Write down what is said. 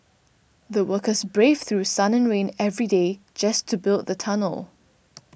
the workers braved through sun and rain every day just to build the tunnel